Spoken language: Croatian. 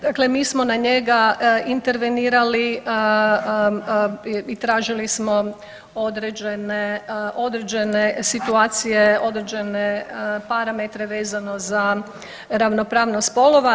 Dakle, mi smo na njega intervenirali i tražili smo određene situacije, određene parametre vezano za ravnopravnost spolova.